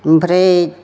ओमफ्राय